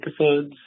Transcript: episodes